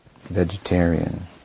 vegetarian